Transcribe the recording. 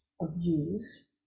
abuse